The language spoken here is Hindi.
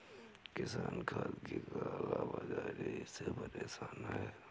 किसान खाद की काला बाज़ारी से परेशान है